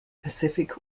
pacific